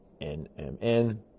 NMN